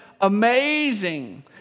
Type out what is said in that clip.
amazing